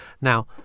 now